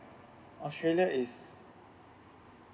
australia is